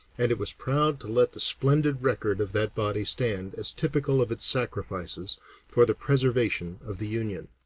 and it was proud to let the splendid record of that body stand as typical of its sacrifices for the preservation of the union.